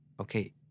okay